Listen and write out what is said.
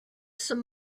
some